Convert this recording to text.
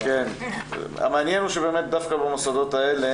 התקיימו שיעורים בנושא השקפה,